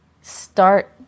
start